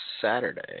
Saturday